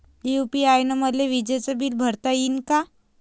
UPI न मले विजेचं बिल भरता यीन का?